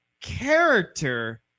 character